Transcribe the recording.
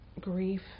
grief